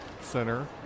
center